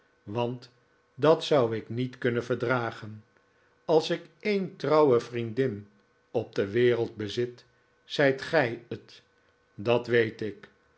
want dat zou ik niet kunnen verdragen als ik een trouwe vriendin op de wereld bezit zijt gij het dat weet ik